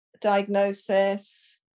diagnosis